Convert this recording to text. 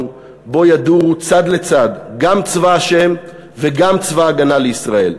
שבו ידורו זה לצד זה גם צבא השם וגם צבא ההגנה לישראל,